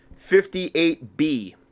58B